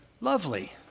lovely